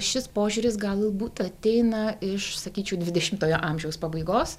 šis požiūris galbūt ateina iš sakyčiau dvidešimtojo amžiaus pabaigos